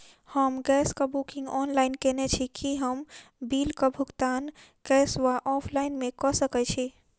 हम गैस कऽ booking online केने छी, की हम बिल कऽ भुगतान कैश वा ऑफलाइन मे कऽ सकय छी?